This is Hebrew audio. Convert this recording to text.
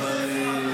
תאמין לי.